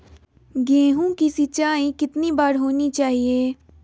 गेहु की सिंचाई कितनी बार होनी चाहिए?